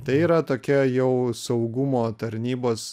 tai yra tokia jau saugumo tarnybos